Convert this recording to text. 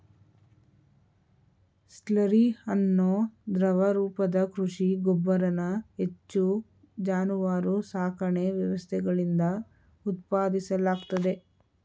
slurry ಅನ್ನೋ ದ್ರವ ರೂಪದ ಕೃಷಿ ಗೊಬ್ಬರನ ಹೆಚ್ಚು ಜಾನುವಾರು ಸಾಕಣೆ ವ್ಯವಸ್ಥೆಗಳಿಂದ ಉತ್ಪಾದಿಸಲಾಗ್ತದೆ